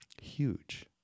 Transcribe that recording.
Huge